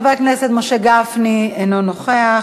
חבר הכנסת משה גפני, אינו נוכח.